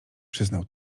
przyznał